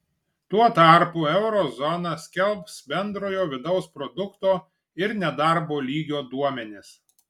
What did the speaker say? tuo tarpu euro zona skelbs bendrojo vidaus produkto ir nedarbo lygio duomenis